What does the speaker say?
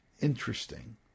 interesting